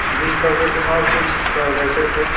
जी सभके चुनाव चिन्ह तऽ रहिते छै